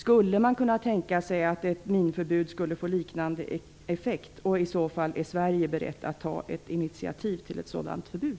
Skulle man kunna tänka sig att ett minförbud får liknande effekt, och är Sverige i så fall berett att ta ett initiativ till ett sådant förbud?